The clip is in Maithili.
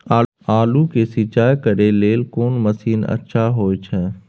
आलू के सिंचाई करे लेल कोन मसीन अच्छा होय छै?